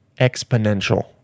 exponential